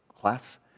class